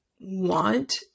want